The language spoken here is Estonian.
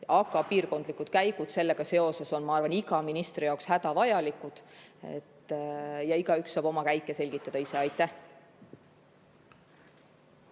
ja piirkondlikud käigud sellega seoses on minu arvates iga ministri jaoks hädavajalikud. Igaüks saab oma käike selgitada ise. Aitäh!